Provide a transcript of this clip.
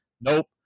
Nope